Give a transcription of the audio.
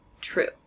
true